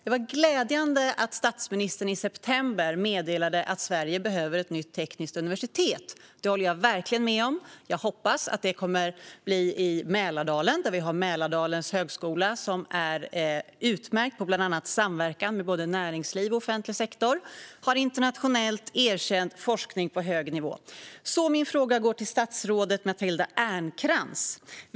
Det var glädjande att statsministern i september meddelade att Sverige behöver ett nytt tekniskt universitet. Det håller jag verkligen med om, och jag hoppas att det kommer att hamna i Mälardalen. Där har vi Mälardalens högskola, som är utmärkt bland annat när det gäller samverkan med både näringsliv och offentlig sektor och har internationellt erkänd forskning på hög nivå. Min fråga går till statsrådet Matilda Ernkrans.